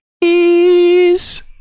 please